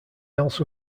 also